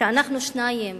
אנחנו שניים